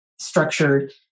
structured